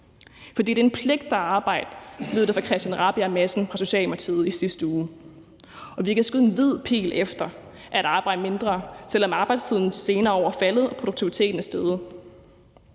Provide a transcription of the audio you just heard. fordi det er en pligt at arbejde, lød det fra hr. Christian Rabjerg Madsen fra Socialdemokratiet i sidste uge, og at vi kan skyde en hvid pil efter at arbejde mindre, selv om arbejdstiden de senere år er faldet og produktiviteten er steget.